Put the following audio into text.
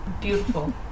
beautiful